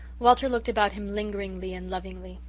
walter looked about him lingeringly and lovingly.